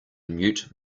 mute